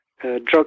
drug